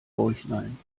bäuchlein